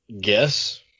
guess